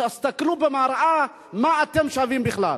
תסתכלו במראה מה אתם שווים בכלל.